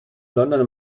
londoner